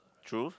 true